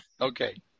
Okay